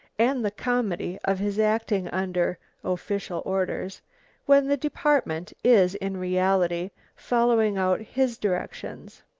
and the comedy of his acting under official orders when the department is in reality following out his directions.